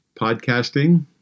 podcasting